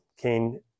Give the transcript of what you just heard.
Cain